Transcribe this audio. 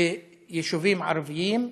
ביישובים ערביים.